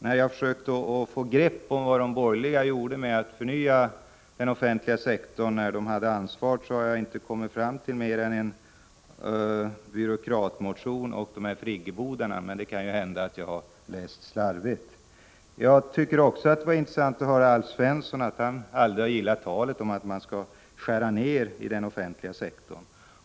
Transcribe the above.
När jag har försökt att få grepp om vad de borgerliga gjorde för att förnya den offentliga sektorn när de hade ansvaret, har jag inte kommit fram till mer än en byråkratmotion och friggebodarna, men det kan hända att jag har läst slarvigt. Det var också intressant att höra att Alf Svensson aldrig har gillat talet om att man skall skära ned i den offentliga sektorn.